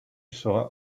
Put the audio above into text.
sera